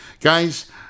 Guys